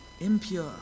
impure